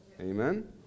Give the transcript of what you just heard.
Amen